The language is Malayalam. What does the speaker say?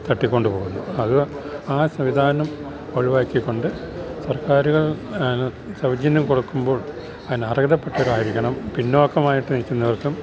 തട്ടിക്കൊണ്ടു പോകുന്നു അത് ആ സംവിധാനം ഒഴിവാക്കിക്കൊണ്ട് സർക്കാര്ൾ സൗജന്യം കൊടുക്കുമ്പോൾ അതിന് അർഹതപ്പെട്ടരായിരിക്കണം പിന്നോക്കമായിട്ട് നില്ക്കുന്നവർക്കും